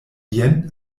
jen